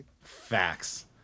Facts